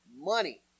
money